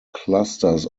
clusters